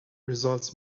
results